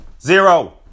Zero